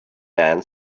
man